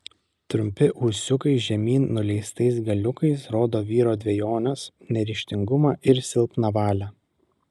trumpi ūsiukai žemyn nuleistais galiukais rodo vyro dvejones neryžtingumą ir silpną valią